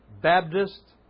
Baptist